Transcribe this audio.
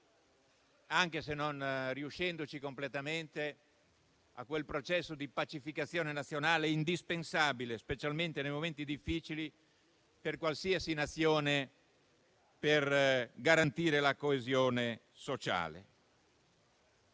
anche se non riuscendoci completamente, a quel processo di pacificazione nazionale indispensabile, specialmente nei momenti difficili per qualsiasi Nazione, per garantire la coesione sociale.